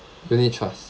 unit trust